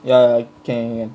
ya can can can